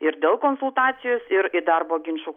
ir dėl konsultacijos ir į darbo ginčų